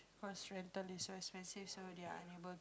cause rental is so expensive so they are unable to